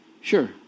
Sure